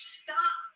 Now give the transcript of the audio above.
stop